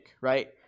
right